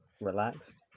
relaxed